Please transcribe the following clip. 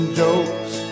jokes